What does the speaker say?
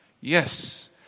Yes